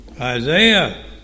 Isaiah